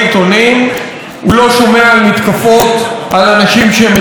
הוא לא שומע על מתקפות על אנשים שמדברים אחרת,